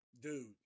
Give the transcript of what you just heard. dude